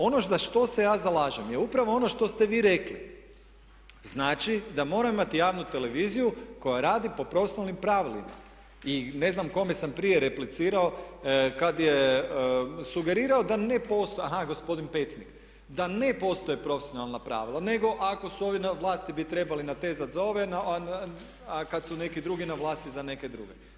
Ono za što se ja zalažem je upravo ono što ste vi rekli, znači da moram imati javnu televiziju koja radi po poslovnim pravilima i ne znam kome sam prije replicirao kad je sugerirao da ne postoji, aha gospodin Pecnik da ne postoji profesionalna pravila nego ako su ovi na vlasti bi trebali natezati za ove a kad su neki drugi na vlasti za neke druge.